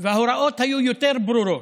וההוראות היו יותר ברורות.